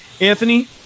Anthony